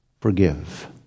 forgive